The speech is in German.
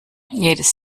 jedes